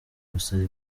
ubusa